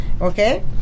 Okay